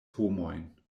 homojn